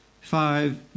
Five